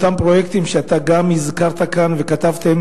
אותם פרויקטים שאתה הזכרת כאן וכתבתם